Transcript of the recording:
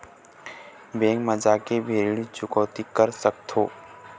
Bank मा जाके भी ऋण चुकौती कर सकथों?